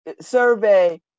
survey